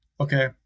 Okay